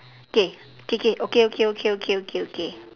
K K K okay okay okay okay okay okay